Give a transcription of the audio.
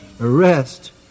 Arrest